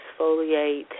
exfoliate